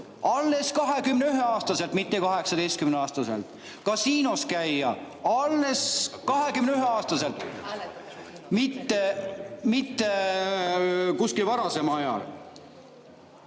alles 21-aastaselt, mitte 18-aastaselt, ja kasiinos käia alles 21-aastaselt, mitte kuskil varasemal